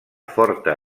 forta